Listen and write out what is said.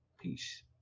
Peace